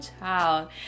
child